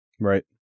Right